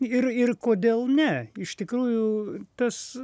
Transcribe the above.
ir ir kodėl ne iš tikrųjų tas